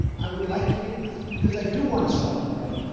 i would like to meet with him. because i do want to solve the problem.